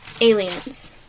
aliens